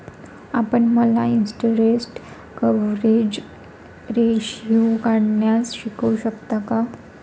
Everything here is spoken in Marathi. आपण मला इन्टरेस्ट कवरेज रेशीओ काढण्यास शिकवू शकता का?